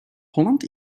holland